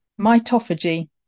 Mitophagy